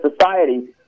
society